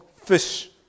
fish